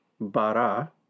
bara